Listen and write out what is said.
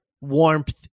warmth